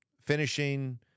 finishing